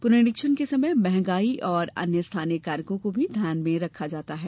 पुनरीक्षण के समय महँगाई और अन्य स्थानीय कारकों को भी ध्यान में रखा जाता है